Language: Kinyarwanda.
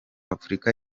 afurika